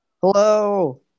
Hello